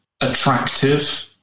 attractive